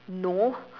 no